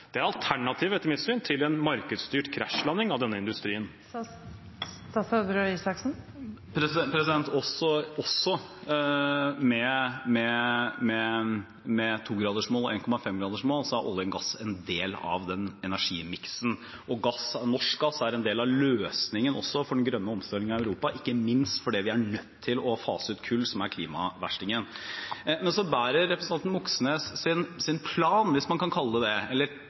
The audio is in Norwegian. mitt syn alternativet til en markedsstyrt krasjlanding av denne industrien. Også med 2-gradersmål og 1,5-gradersmål er olje og gass en del av den energimiksen, og norsk gass er også en del av løsningen for den grønne omstillingen av Europa, ikke minst fordi vi er nødt til å fase ut kull, som er klimaverstingen. Men så bærer representanten Moxnes’ plan, hvis man kan kalle det det – eller